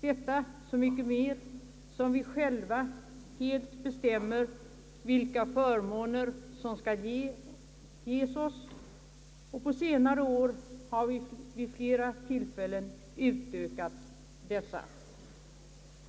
Detta så mycket mer som vi själva helt bestämmer vilka förmåner som skall ges oss, På senare år har vi vid flera tillfällen utökat dessa.